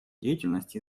деятельность